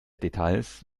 details